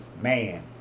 man